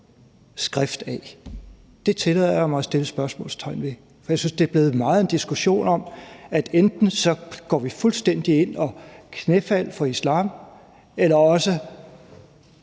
skrift af? Det tillader jeg mig at sætte spørgsmålstegn ved. Jeg synes, det i høj grad er blevet en diskussion om, at vi enten gør fuldstændig knæfald for islam, eller at også